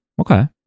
Okay